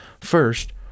First